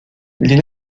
les